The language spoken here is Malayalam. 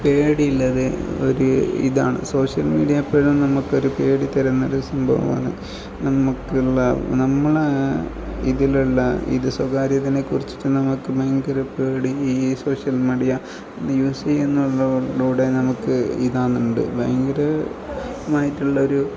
പേടിയുള്ളത് ഒരു ഇതാണ് സോഷ്യൽ മീഡിയ എപ്പോഴും നമുക്ക് ഒരു പേടി തരുന്ന ഒരു സംഭവമാണ് നമുക്കുള്ള നമ്മൾ ഇതിലുള്ള ഇത് സ്വകാര്യതിനെ കുറിച്ചിട്ടു നമുക്ക് ഭയങ്കര പേടി ഈ സോഷ്യൽ മീഡിയ ഇത് യൂസ് ചെയ്യുന്നവരിലൂടെ നമുക്ക് ഇതാവുന്നുണ്ട് ഭയങ്കരമായിട്ടുള്ളൊരു